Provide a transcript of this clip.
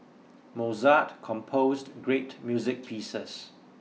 Mozart composed great music pieces